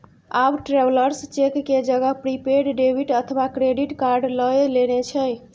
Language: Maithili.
आब ट्रैवलर्स चेक के जगह प्रीपेड डेबिट अथवा क्रेडिट कार्ड लए लेने छै